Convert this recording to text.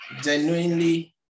genuinely